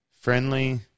friendly